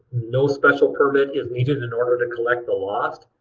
no special permit is needed in order to collect the lost.